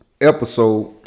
episode